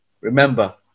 Remember